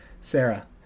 Sarah